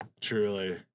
Truly